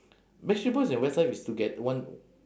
backstreet boys and westlife is toge~ one